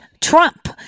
Trump